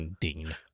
Dean